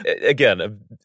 again